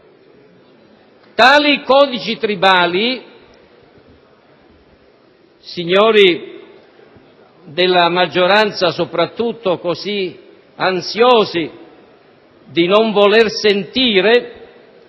Tali codici tribali, signori della maggioranza soprattutto così ansiosi di non voler sentire,